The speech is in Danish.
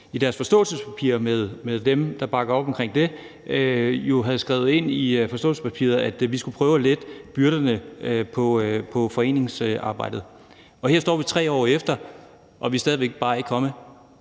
i deres forståelsespapir med dem, der bakker op omkring det, jo havde skrevet ind, at vi skulle prøve at lette byrderne i forhold til foreningsarbejdet, men nu står vi her 3 år efter og er stadig væk ikke kommet